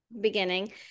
beginning